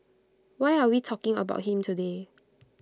why are we talking about him today